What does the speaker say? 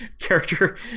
Character